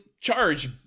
charge